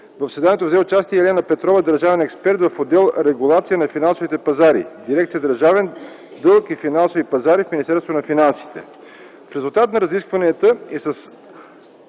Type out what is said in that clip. В заседанието взе участие и Елена Петрова – държавен експерт в отдел „Регулация на финансовите пазари”, дирекция „Държавен дълг и финансови пазари” в Министерството на финансите.